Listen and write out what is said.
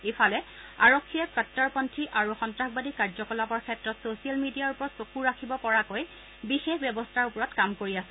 ইফালে আৰক্ষীয়ে কট্টৰপন্থী আৰু সন্তাসবাদী কাৰ্যকলাপৰ ক্ষেত্ৰত ছ'চিয়েল মিডিয়াৰ ওপৰত চকু ৰাখিব পৰাকৈ বিশেষ ব্যৱস্থাৰ ওপৰত কাম কৰি আছে